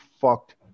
fucked